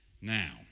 Now